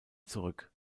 zurück